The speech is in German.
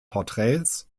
porträts